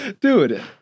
Dude